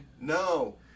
No